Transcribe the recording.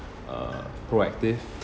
uh proactive